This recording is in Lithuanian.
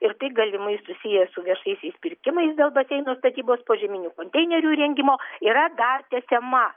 ir tai galimai susiję su viešaisiais pirkimais dėl baseino statybos požeminių konteinerių įrengimo yra dar tęsiama